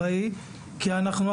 ניצן,